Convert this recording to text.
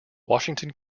washington